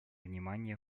внимания